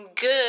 Good